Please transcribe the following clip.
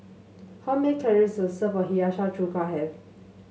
how many calories does a serve of Hiyashi Chuka have